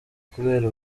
kubera